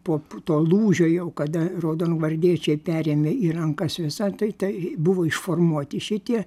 po to lūžio jau kada raudongvardiečiai perėmė į rankas visą tai tai buvo išformuoti šitie